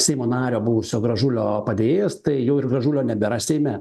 seimo nario buvusio gražulio padėjėjas tai jau ir gražulio nebėra seime